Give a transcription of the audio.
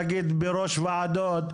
נניח בראש ועדות.